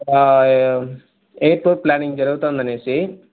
airport planning జరుగుతు ఉంది అని